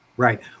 Right